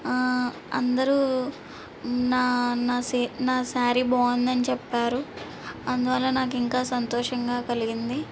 అందరూ నా నా నా సారీ బాగుందని చెప్పారు అందువల్ల నాకు ఇంకా సంతోషంగా కలిగింది